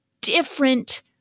different